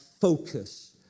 focus